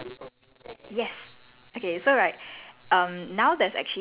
when I hear you say the three in one right it's actually quite good cause uh okay